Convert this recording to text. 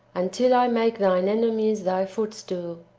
until i make thine enemies thy footstool.